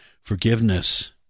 Forgiveness